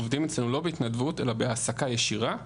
עובדים אצלנו לא בהתנדבות אלא בהעסקה ישירה,